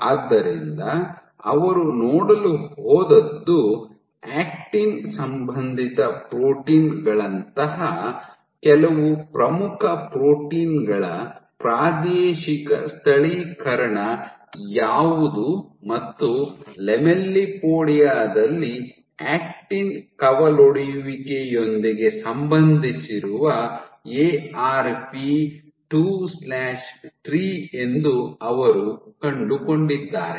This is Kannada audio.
ಆದ್ದರಿಂದ ಅವರು ನೋಡಲು ಹೋದದ್ದು ಆಕ್ಟಿನ್ ಸಂಬಂಧಿತ ಪ್ರೋಟೀನ್ ಗಳಂತಹ ಕೆಲವು ಪ್ರಮುಖ ಪ್ರೋಟೀನ್ ಗಳ ಪ್ರಾದೇಶಿಕ ಸ್ಥಳೀಕರಣ ಯಾವುದು ಮತ್ತು ಲ್ಯಾಮೆಲ್ಲಿಪೋಡಿಯಾ ದಲ್ಲಿ ಆಕ್ಟಿನ್ ಕವಲೊಡೆಯುವಿಕೆಯೊಂದಿಗೆ ಸಂಬಂಧಿಸಿರುವ Arp 23 ಎಂದು ಅವರು ಕಂಡುಕೊಂಡಿದ್ದಾರೆ